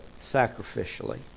Sacrificially